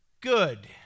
good